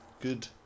Good